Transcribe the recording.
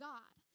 God